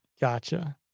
Gotcha